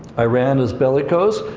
iran is bellicose,